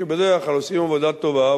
שבדרך כלל עושים עבודה טובה,